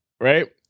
right